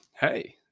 hey